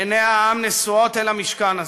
עיני העם נשואות אל משכן הזה,